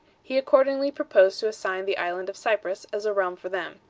he accordingly proposed to assign the island of cyprus as a realm for them.